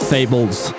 Fables